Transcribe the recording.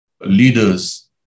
leaders